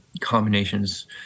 combinations